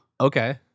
Okay